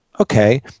Okay